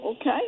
okay